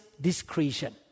discretion